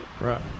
Right